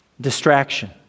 distraction